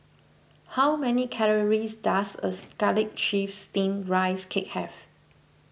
how many calories does a Garlic Chives Steamed Rice Cake have